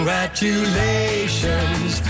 Congratulations